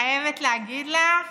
חייבת להגיד לך,